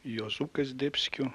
juozukas zdebskio